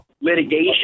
litigation